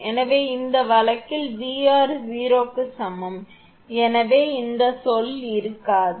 எனவே இந்த வழக்கில் Vr 0 க்கு சமம் எனவே இந்த சொல் இருக்காது